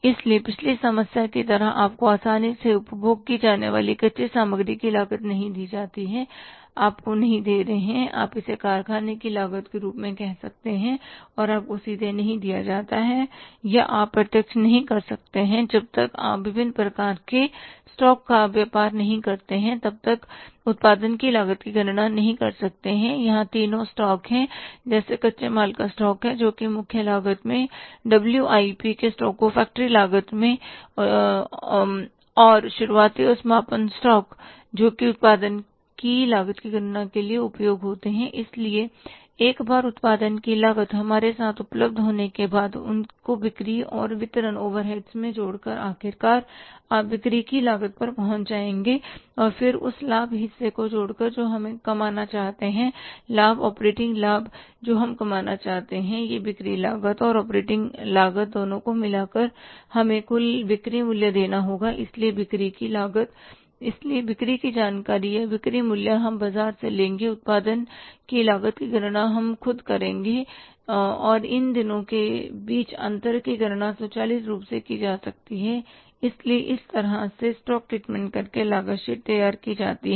इसलिए पिछली समस्या की तरह आपको आसानी से उपभोग की जाने वाली कच्ची सामग्री की लागत नहीं दी जाती है आप को नहीं दे रहे हैं आप इसे कारखाने की लागत के रूप में कह सकते हैं और आपको सीधे नहीं दिया जाता है या आप प्रत्यक्ष नहीं कर सकते हैं जब तक आप विभिन्न प्रकार के स्टॉक का व्यापार नहीं करते हैं तब तक उत्पादन की लागत की गणना नहीं कर सकते हैं यहां तीनों स्टॉक है जैसे कच्चे माल का स्टॉक है जो कि मुख्य लागत में डब्ल्यूआईपी के स्टॉक को फ़ैक्टरी लागत में और शुरुआती और समापन स्टॉक जोकि उत्पादन की लागत की गणना के लिए उपयोग होते हैं इसलिए एक बार उत्पादन की लागत हमारे साथ उपलब्ध होने के बाद उनको बिक्री और वितरण ओवरहेड्स में जोड़कर आखिरकार आप बिक्री की लागत पर पहुंच जाएंगे और फिर उस लाभ हिस्से को जोड़कर जो हम कमाना चाहते हैं लाभ ऑपरेटिंग लाभ जो हम कमाना चाहते हैं यह बिक्री लागत और ऑपरेटिंग लागत दोनों का मिलकर हमें कुल बिक्री मूल्य देगा इसलिए बिक्री की जानकारी या बिक्री मूल्य हम बाजार से लेंगे उत्पादन की लागत की गणना हम खुद करेंगे और इन दोनों के बीच अंतर की गणना स्वचालित रूप से की जा सकती है इसलिए इस तरह से स्टॉक ट्रीटमेंट करके लागत शीट तैयार की जाती है